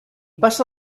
passa